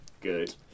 good